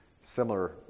similar